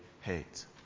hate